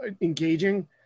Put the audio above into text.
engaging